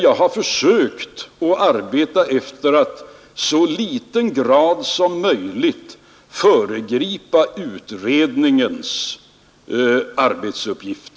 Jag har försökt att i så liten utsträckning som möjligt föregripa utredningens arbete.